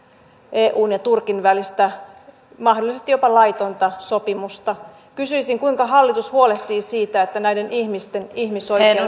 eun ja turkin välistä mahdollisesti jopa laitonta sopimusta kysyisin kuinka hallitus huolehtii siitä että näiden ihmisten ihmisoikeudet